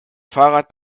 fahrrad